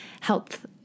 health